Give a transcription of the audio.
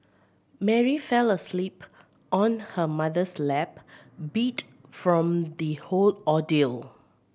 Mary fell asleep on her mother's lap beat from the whole ordeal